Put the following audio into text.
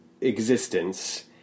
existence